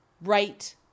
right